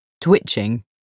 Twitching